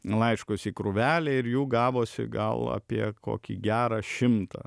laiškus į krūvelę ir jų gavosi gal apie kokį gerą šimtą